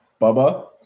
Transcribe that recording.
Bubba